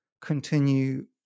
continue